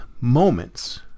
moments